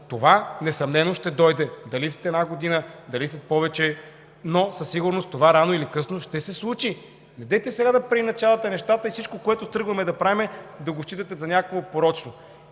това несъмнено ще дойде – дали след една година, дали след повече, но със сигурност това рано или късно ще се случи. Недейте сега да преиначавате нещата и всичко, което тръгваме да правим, да го считате за нещо порочно.